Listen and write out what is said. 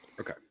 Okay